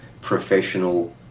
professional